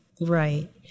Right